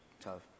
tough